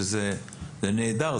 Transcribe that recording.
שזה נהדר,